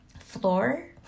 floor